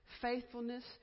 faithfulness